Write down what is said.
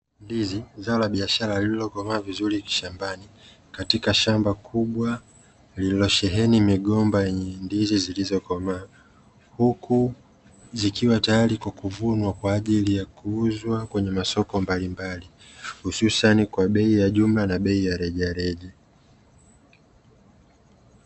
Ndizi zao la biashara lililokomaa vizuri shambani, katika shamba kubwa lililosheheni migomba yenye ndizi zilizokomaa, huku zikiwa tayari kwa kuvunwa kwa ajili ya kuuzwa kwenye masoko mbalimbali, hususani kwa bei ya jumla na bei ya rejareja.